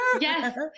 Yes